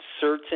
certain